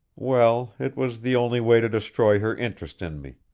well, it was the only way to destroy her interest in me.